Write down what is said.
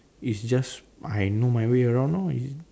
is just I know my way around lor is